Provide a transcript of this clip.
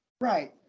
Right